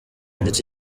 ndetse